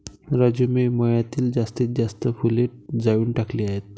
राजू मी मळ्यातील जास्तीत जास्त फुले जाळून टाकली आहेत